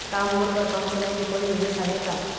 का मोर बर कम समय के कोई निवेश हावे का?